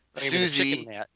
Susie